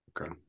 okay